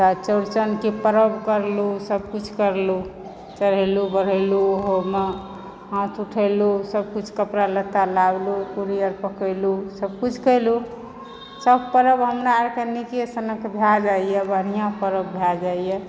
तऽ चौरचनके पर्व करलू सभकुछ करलू चढ़यलूँ बघैरलू ओहोमऽ हाथ उठैलू सभकिछु कपड़ा लत्ता लाबलू पूरी अर पकयलू सभकुछ कयलू सभ पर्व हमरा अरके निकेसनक भय जाइए बढ़िआँ पर्व भए जाइए